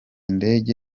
ndege